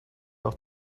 auch